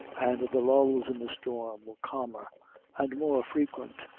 and the lulls in the storm were calmer and more frequent,